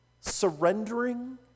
Surrendering